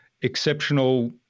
exceptional